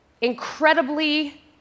incredibly